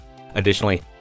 Additionally